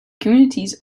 communities